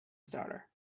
starter